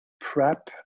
prep